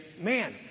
man